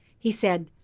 he said,